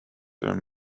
and